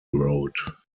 road